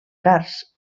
cars